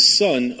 son